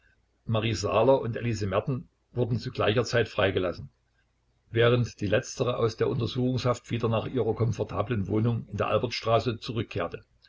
marie saaler und elise merten wurden zu gleicher zeit freigelassen während die letztere aus der untersuchungshaft wieder nach ihrer komfortablen wohnung in der albertstraße zurückkehrte